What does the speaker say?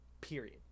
period